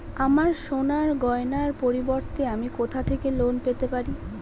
আমার সোনার গয়নার পরিবর্তে আমি কোথা থেকে লোন পেতে পারি?